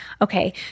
Okay